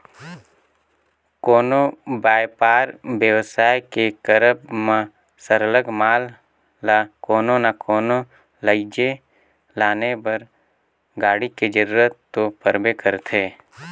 कोनो बयपार बेवसाय के करब म सरलग माल ल कोनो ना कोनो लइजे लाने बर गाड़ी के जरूरत तो परबे करथे